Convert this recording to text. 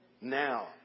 Now